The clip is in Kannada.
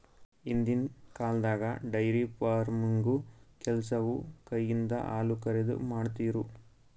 ಹಿಂದಿನ್ ಕಾಲ್ದಾಗ ಡೈರಿ ಫಾರ್ಮಿನ್ಗ್ ಕೆಲಸವು ಕೈಯಿಂದ ಹಾಲುಕರೆದು, ಮಾಡ್ತಿರು